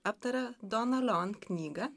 aptaria dona leon knygą